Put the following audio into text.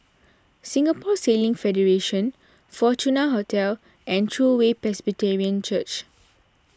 Singapore Sailing Federation Fortuna Hotel and True Way Presbyterian Church